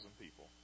people